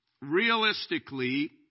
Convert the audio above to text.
Realistically